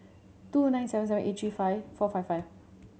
two nine seven seven eight three five four five five